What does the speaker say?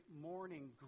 morning